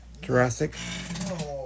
Jurassic